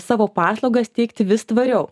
savo paslaugas teikti vis tvariau